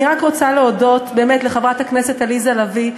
אני רוצה להודות לחברת הכנסת עליזה לביא,